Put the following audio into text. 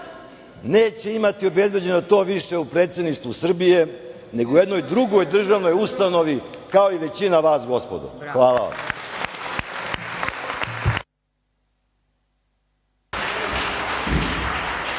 Neće imati obezbeđeno to više u Predsedništvu Srbije, nego u jednoj drugoj državnoj ustanovi kao i većina vas, gospodo. Hvala vam.